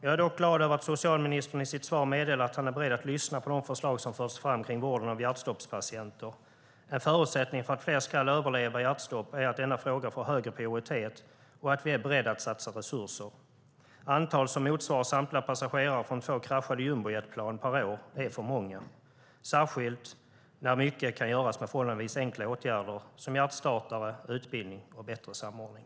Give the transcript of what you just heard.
Jag är dock glad över att socialministern i sitt svar meddelar att han är beredd att lyssna på de förslag som förts fram kring vården av hjärtstoppspatienter. En förutsättning för att fler ska överleva hjärtstopp är att denna fråga får högre prioritet och att vi är beredda att satsa resurser. Ett antal som motsvarar samtliga passagerare från två kraschade jumbojetplan per år är för många, särskilt när mycket kan göras med förhållandevis enkla åtgärder, som hjärtstartare, utbildning och bättre samordning.